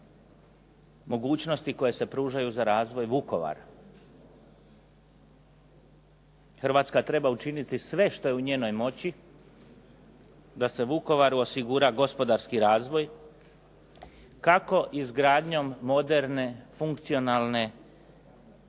mogućnosti koje se pružaju za razvoj Vukovara. Hrvatska treba učiniti sve što je u njenoj moći da se Vukovaru osigura gospodarski razvoj kako izgradnjom moderne funkcionalne